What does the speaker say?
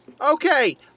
Okay